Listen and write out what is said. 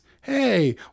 hey